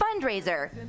fundraiser